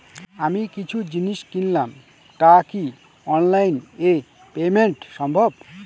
আমি কিছু জিনিস কিনলাম টা কি অনলাইন এ পেমেন্ট সম্বভ?